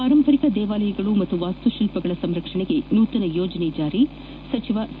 ಪಾರಂಪರಿಕ ದೇವಾಲಯಗಳು ಹಾಗೂ ವಾಸ್ತುತಿಲ್ಪಗಳ ಸಂರಕ್ಷಣೆಗೆ ನೂತನ ಯೋಜನೆ ಜಾರಿಗೆ ಸಚಿವ ಸಿ